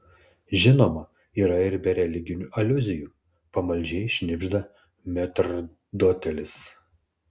žinoma yra ir be religinių aliuzijų pamaldžiai šnibžda metrdotelis